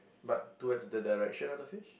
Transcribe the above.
but towards the direction of the fish